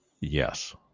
Yes